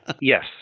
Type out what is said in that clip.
Yes